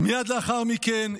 מייד לאחר מכן,